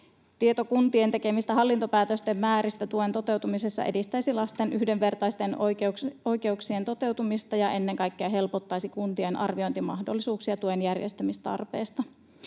Tieto kuntien tekemistä hallintopäätösten määristä tuen toteutumisessa edistäisi lasten yhdenvertaisten oikeuksien toteutumista ja ennen kaikkea helpottaisi kuntien arviointimahdollisuuksia tuen järjestämistarpeesta.